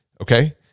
okay